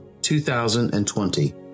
2020